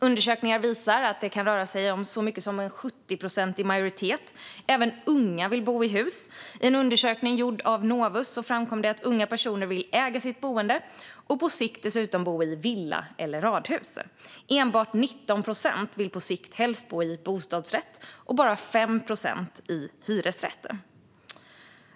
Undersökningar visar att det kan röra sig om så mycket som 70 procent. Även unga vill bo i hus. I en undersökning gjord av Novus framkom att unga personer vill äga sitt boende och på sikt dessutom bo i villa eller radhus. Enbart 19 procent vill på sikt helst bo i bostadsrätt och bara 5 procent i hyresrätt.